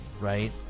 right